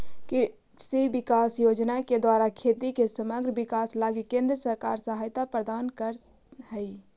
कृषि विकास योजना के द्वारा खेती के समग्र विकास लगी केंद्र सरकार सहायता प्रदान करऽ हई